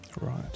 Right